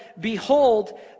Behold